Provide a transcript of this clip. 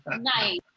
Nice